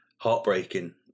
heartbreaking